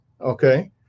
okay